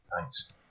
thanks